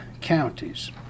counties